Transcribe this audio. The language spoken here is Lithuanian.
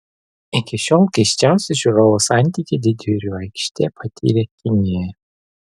iki šiol keisčiausią žiūrovo santykį didvyrių aikštė patyrė kinijoje